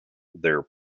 their